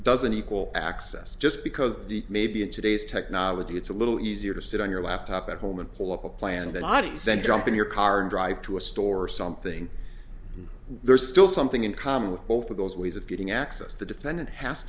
doesn't equal access just because of the maybe in today's technology it's a little easier to sit on your laptop at home and pull up a plan than audi's cent jump in your car and drive to a store or something there's still something in common with both of those ways of getting access the defendant has